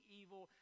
evil